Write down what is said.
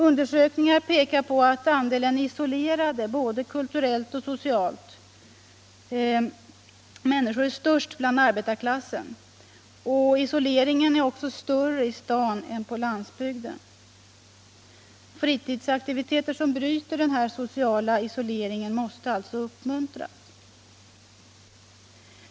Undersökningar pekar på att andelen isolerade människor, både kulturellt och socialt, är störst i arbetarklassen. Isoleringen är också större i staden än på landsbygden. Fritidsaktiviteter som bryter den här sociala isoleringen måste alltså uppmuntras.